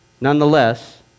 Nonetheless